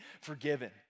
forgiven